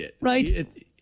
Right